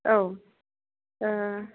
औ